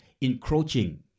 encroaching